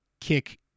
kick